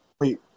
Wait